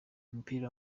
mupira